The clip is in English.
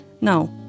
No